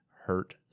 hurt